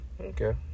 Okay